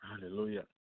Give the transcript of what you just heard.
Hallelujah